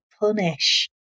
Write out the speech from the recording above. punish